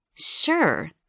Sure